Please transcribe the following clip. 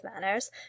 manners